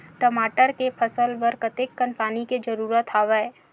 टमाटर के फसल बर कतेकन पानी के जरूरत हवय?